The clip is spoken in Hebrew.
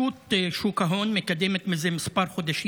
אני רוצה לשלוח מפה חיזוקים וחיבוקים למשפחות החטופים